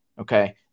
Okay